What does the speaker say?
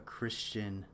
Christian